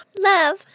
love